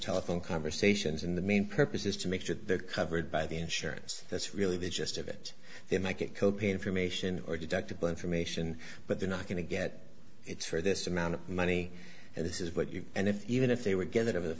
telephone conversations in the main purpose is to make sure that they're covered by the insurance that's really the gist of it they make it co pay information or deductible information but they're not going to get it for this amount of money and this is what you and if even if they were get it over the